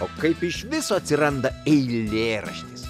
o kaip iš viso atsiranda eilėraštis